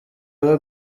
aba